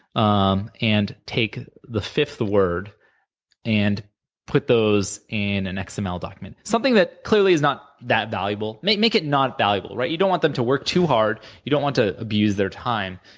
um and take the fifth word and put those in an xml document. something that clearly is not that valuable. make make it not valuable. right? you don't want them to work too hard. you don't want to abuse their time,